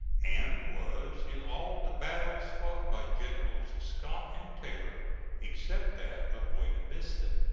and was in all the battles fought by generals scott and taylor except that of buena vista.